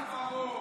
גפני,